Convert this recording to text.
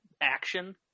Action